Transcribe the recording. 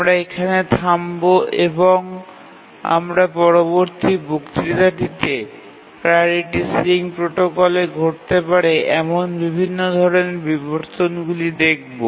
আমরা এখানে থামব এবং আমরা পরবর্তী বক্তৃতাটিতে প্রাওরিটি সিলিং প্রোটোকলে ঘটতে পারে এমন বিভিন্ন ধরণের বিবর্তনগুলি দেখব